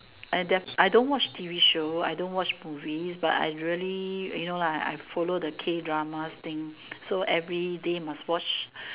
I deaf don't watch watch T_V show I don't watch movies but I really you know like I follow the K drama thing so everyday must watch